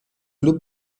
club